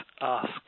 ask